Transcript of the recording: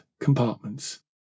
compartments